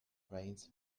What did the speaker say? veins